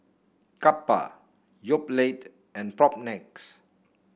Kappa Yoplait and Propnex